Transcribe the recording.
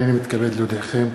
הנני מתכבד להודיעכם,